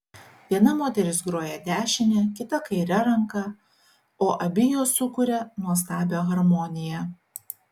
viena moteris groja dešine kita kaire ranka o abi jos sukuria nuostabią harmoniją